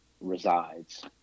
resides